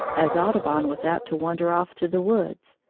as audubon was apt to wander off to the woods,